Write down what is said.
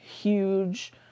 huge